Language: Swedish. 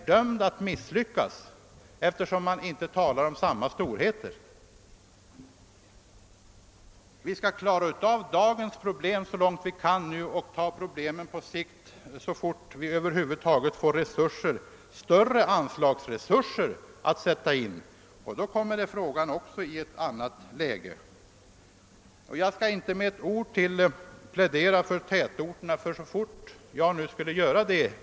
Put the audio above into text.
Det är inte det saken gäller. Vi har först att klara av dagens trafikproblem, försöka komma till rätta med problemen där de är som störst och i områden där trafikapparaten kanske inte alls fungerar tillfredsställande.